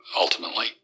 ultimately